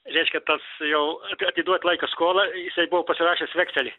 reiškia tas jau at atiduot laikas skolą jisai buvo pasirašęs vekselį